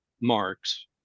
Mark's